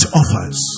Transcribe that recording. offers